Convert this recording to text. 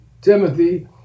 Timothy